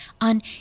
on